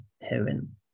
heaven